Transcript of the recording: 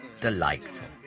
delightful